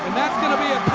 that's going to be a